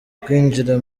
kwinjira